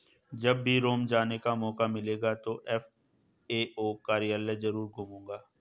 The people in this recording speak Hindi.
जब भी रोम जाने का मौका मिलेगा तो एफ.ए.ओ कार्यालय जरूर घूमूंगा